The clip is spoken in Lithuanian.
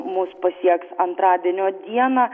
mus pasieks antradienio dieną